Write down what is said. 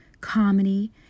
comedy